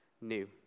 new